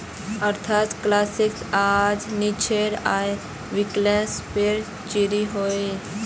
अर्थशाश्त्र क्लास्सोत आज निश्चित आय विस्लेसनेर पोर चर्चा होल